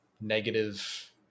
negative